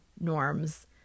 norms